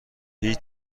هیچ